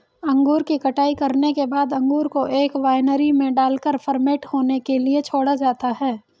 अंगूर की कटाई करने के बाद अंगूर को एक वायनरी में डालकर फर्मेंट होने के लिए छोड़ा जाता है